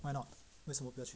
why not 为什么不要去